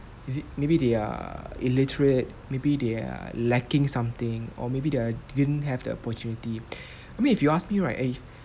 is it maybe they are illiterate maybe they are lacking something or maybe there are didn't have the opportunity I mean if you ask me right eh